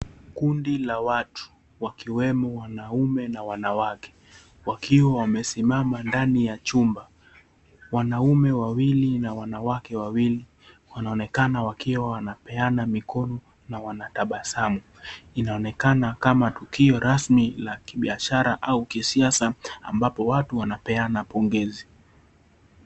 Kundi la watu, wakiwemo wanaume na wanawake, wakiwa wamesimama ndani ya chumba. Wanaume wawili na wanawake wawili wanaonekana wakiwa wanapeana mikono na wanatabasamu. Inaonekana kama tukio rasmi la kibiashara au kisiasa ambapo watu wanapeana pongezi.